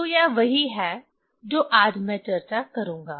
तो यह वही है जो आज मैं चर्चा करूंगा